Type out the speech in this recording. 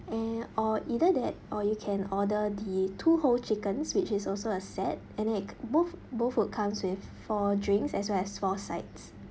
and or either that or you can order the two whole chickens which is also a set and it both both would comes with four drinks as well as four sides